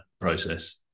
process